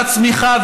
בצמיחה,